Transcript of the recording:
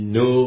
no